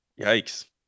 Yikes